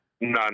none